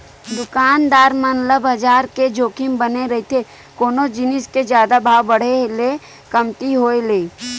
दुकानदार मन ल बजार के जोखिम बने रहिथे कोनो जिनिस के जादा भाव बड़हे ले कमती होय ले